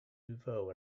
nouveau